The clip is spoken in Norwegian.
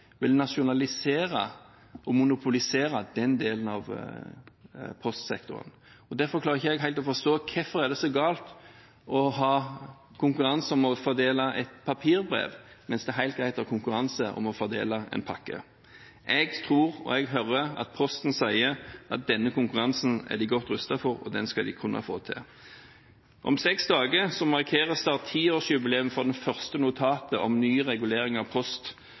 vil nasjonalisere og monopolisere den delen av postsektoren. Derfor klarer jeg ikke helt å forstå hvorfor det er så galt å ha konkurranse om å fordele et papirbrev, mens det er helt greit å ha konkurranse om å fordele en pakke. Jeg tror og hører Posten si at denne konkurransen er de godt rustet for, og den skal de kunne få til. Om seks dager markeres tiårsjubileet i Samferdselsdepartementet for det første notatet om ny regulering av